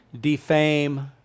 defame